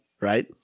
right